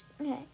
Okay